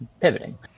pivoting